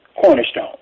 cornerstone